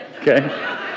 Okay